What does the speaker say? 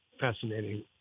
fascinating